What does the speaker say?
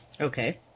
Okay